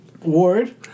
Ward